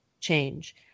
change